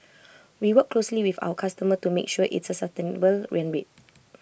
we work closely with our customer to make sure it's A sustainable run rate